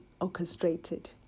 orchestrated